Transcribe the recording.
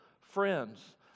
friends